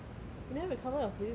you never recover your physics prac meh